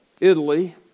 Italy